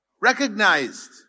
recognized